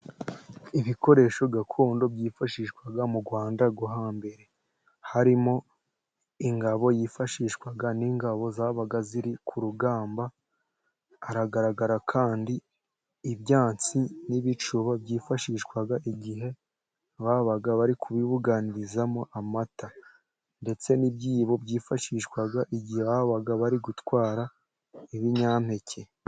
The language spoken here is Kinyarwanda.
Ibikoresho gakondo byifashishwaga mu Rwanda rwo hambere, harimo ingabo yifashishwaga n'ingabo zabaga ziri ku rugamba, haragaragara kandi ibyansi n'ibicuba byifashishwaga, igihe babaga bari kubibuganirizamo amata ndetse n'ibyibo byifashishwaga, igihe babaga bari gutwara ibinyampeke.